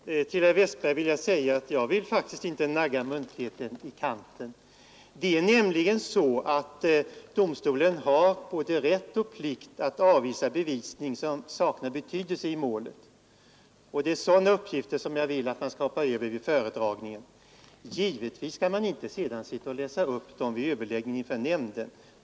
Herr talman! Jag vill säga till herr Westberg i Ljusdal att jag faktiskt inte önskar nagga muntligheten i kanten. Det är nämligen så att domstolen har både rätt och plikt att avvisa sådan bevisning som saknar betydelse i målet, och det är sådana uppgifter som man bör hoppa över vid föredragningen. Givetvis skall man sedan inte läsa upp dem vid överläggningen inför nämnden.